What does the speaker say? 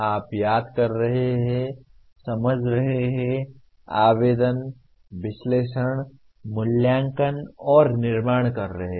आप याद कर रहे हैं समझ रहे हैं आवेदन विश्लेषण मूल्यांकन और निर्माण कर रहे हैं